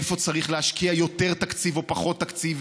איפה צריך להשקיע יותר תקציב או פחות תקציב.